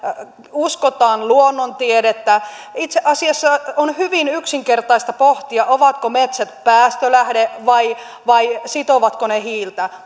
uskotaan luonnontiedettä itse asiassa on hyvin yksinkertaista pohtia ovatko metsät päästölähde vai vai sitovatko ne hiiltä